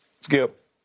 Skip